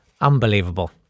Unbelievable